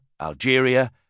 Algeria